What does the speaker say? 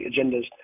agendas